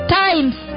times